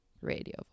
radio